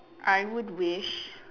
I would wish